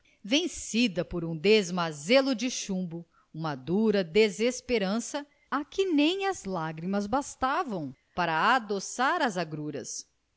vencida por um desmazelo de chumbo uma dura desesperança a que nem as lágrimas bastavam para adoçar as agruras